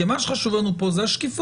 כי מה שחשוב לנו פה זו השקיפות,